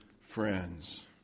friends